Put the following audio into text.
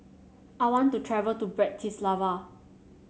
I want to travel to Bratislava